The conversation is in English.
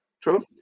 true